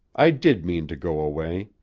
i did mean to go away.